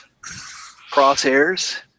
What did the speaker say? Crosshairs